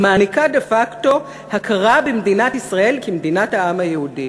היא מעניקה דה-פקטו הכרה במדינת ישראל כמדינת העם היהודי"